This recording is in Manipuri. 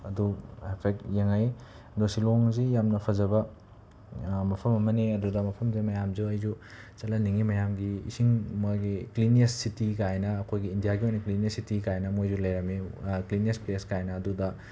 ꯑꯗꯨ ꯍꯥꯏꯐꯦꯠ ꯌꯦꯡꯂꯛꯏ ꯑꯗꯣ ꯁꯤꯂꯣꯡꯁꯤ ꯌꯥꯝꯅ ꯐꯖꯕ ꯃꯐꯝ ꯑꯃꯅꯤ ꯑꯗꯨꯗ ꯃꯐꯝꯗꯨꯗ ꯃꯌꯥꯝꯁꯨ ꯑꯩꯁꯨ ꯆꯠꯍꯟꯅꯤꯡꯏ ꯃꯌꯥꯝꯒꯤ ꯏꯁꯤꯡ ꯃꯣꯏꯒꯤ ꯀ꯭ꯂꯤꯅꯤꯌꯦꯁ ꯁꯤꯇꯤ ꯒꯥꯏꯅ ꯑꯩꯈꯣꯏꯒꯤ ꯏꯟꯗꯤꯌꯥꯒꯤ ꯑꯣꯏꯅ ꯀ꯭ꯂꯤꯅꯦꯁ ꯁꯤꯇꯤ ꯀꯥꯏꯅ ꯃꯣꯏꯁꯨ ꯂꯩꯔꯝꯃꯤ ꯀ꯭ꯂꯤꯅꯦꯁ ꯄ꯭ꯂꯦꯁ ꯀꯥꯏꯅ ꯑꯗꯨꯗ